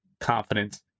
confidence